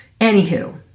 anywho